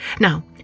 Now